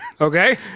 okay